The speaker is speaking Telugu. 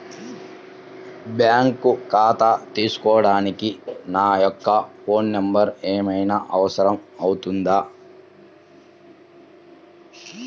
బ్యాంకు ఖాతా తీసుకోవడానికి నా యొక్క ఫోన్ నెంబర్ ఏమైనా అవసరం అవుతుందా?